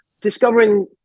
discovering